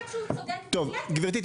יש לך נרטיב שמישהו צודק ואתה לא --- גברתי,